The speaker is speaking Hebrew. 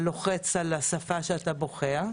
לוחצים על השפה שאתה בוחר.